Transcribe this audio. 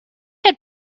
had